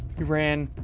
you ran